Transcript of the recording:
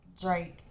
Drake